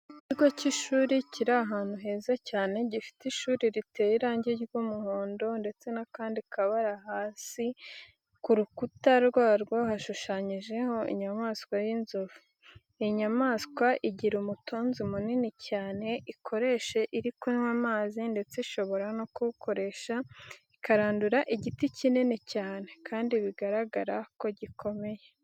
Ikigo cy'ishuri kiri ahantu heza cyane, gifite ishuri riteye irangi ry'umuhondo ndetse n'akandi kabara hasi, ku rukunda rwaryo hashushanyijeho inyamaswa y'inzovu. Iyi nyamaswa igira umutonzi munini cyane ikoresha iri kunywa amazi, ndetse ishobora no kuwukoresha ikarandura igiti kinini cyane, kandi bigaragara ko gikomeye.